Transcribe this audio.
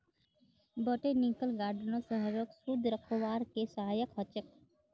botanical गार्डनो शहरक शुद्ध रखवार के सहायक ह छेक